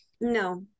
No